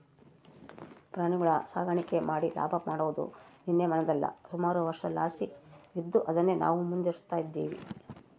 ಪ್ರಾಣಿಗುಳ ಸಾಕಾಣಿಕೆ ಮಾಡಿ ಲಾಭ ಮಾಡಾದು ನಿನ್ನೆ ಮನ್ನೆದಲ್ಲ, ಸುಮಾರು ವರ್ಷುದ್ಲಾಸಿ ಇದ್ದು ಅದುನ್ನೇ ನಾವು ಮುಂದುವರಿಸ್ತದಿವಿ